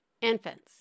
infants